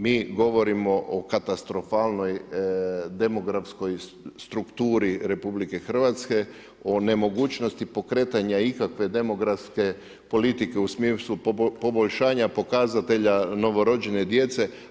Mi govorimo o katastrofalnoj demografskoj strukturi RH, o nemogućnosti pokretanja ikakve demografske politike u smislu poboljšanja pokazatelja novorođene djece.